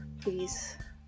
please